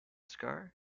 scar